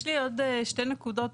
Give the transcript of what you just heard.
יש לי שתי נקודות,